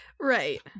Right